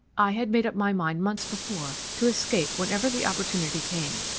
i had made up my mind months before to escape whenever the opportunity came.